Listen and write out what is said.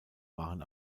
waren